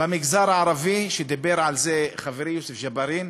במגזר הערבי, ודיבר על זה חברי יוסף ג'בארין,